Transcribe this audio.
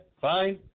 fine